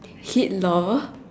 Hitler